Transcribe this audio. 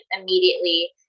immediately